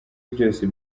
byose